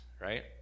right